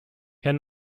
herr